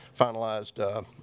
finalized